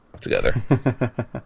together